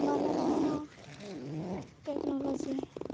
ᱵᱟᱱᱟᱢ ᱠᱚᱦᱚᱸ ᱴᱮᱠᱱᱳᱞᱳᱡᱤ